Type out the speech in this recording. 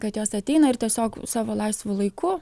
kad jos ateina ir tiesiog savo laisvu laiku